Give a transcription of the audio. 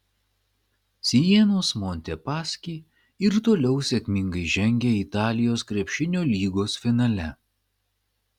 sienos montepaschi ir toliau sėkmingai žengia italijos krepšinio lygos finale